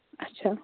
اَچھا